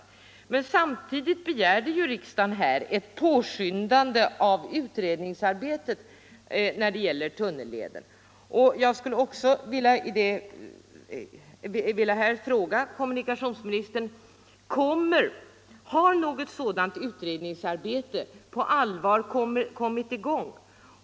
Men samtidigt begärde riksdagen ett påskyndande av utredningsarbetet när det gäller tunnelleden. Jag skulle vilja fråga kommunikationsministern: Har något sådant utredningsarbete på allvar kommit i gång?